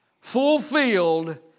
fulfilled